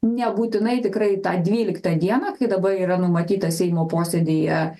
nebūtinai tikrai tą dvyliktą dieną kai dabar yra numatyta seimo posėdyje